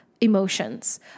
emotions